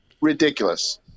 Ridiculous